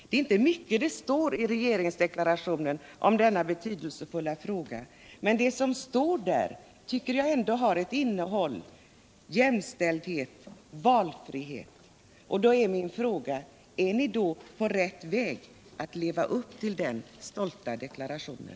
Det står inte mycket i regeringsdeklarationen om denna betydelsefulla fråga, men det som står tycker jag ändå har ett innehåll: jämställdhet och valfrihet. Då är min fråga: Är ni på rätt väg att leva upp till den stolta deklarationen?